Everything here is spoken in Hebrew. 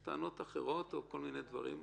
כל מיני טענות אחרות ודברים אחרים.